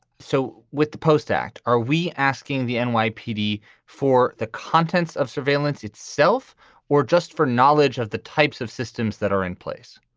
so with the post act, are we asking the and nypd for the contents of surveillance itself or just for knowledge of the types of systems that are in place?